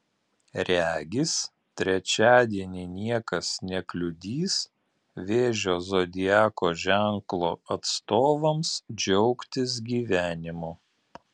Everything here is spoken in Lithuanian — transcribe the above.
regis trečiadienį niekas nekliudys vėžio zodiako ženklo atstovams džiaugtis gyvenimu